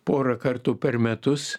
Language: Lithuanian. pora kartų per metus